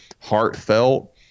heartfelt